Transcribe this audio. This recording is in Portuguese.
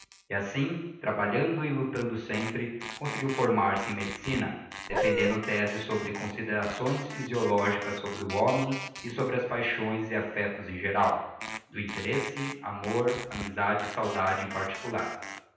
e assim trabalhando e luctanda sempre conseguiu formar-se em medicina defendendo these sobre considerações physiologicas sobre o homem e sobre as paixões e affectos em geral do interesse amor amisade e saudade em particular